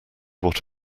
what